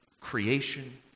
creation